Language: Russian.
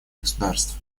государств